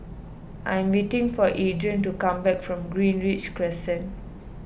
I am waiting for Adrien to come back from Greenridge Crescent